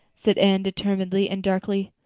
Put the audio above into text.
said anne determinedly and darkly.